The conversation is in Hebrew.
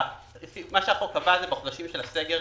מה שהחוק קבע, שבחודשי הסגר